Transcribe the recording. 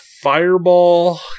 Fireball